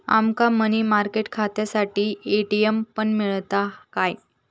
आमका money market खात्यासाठी ATM पण मिळता काय?